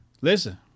Listen